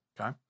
Okay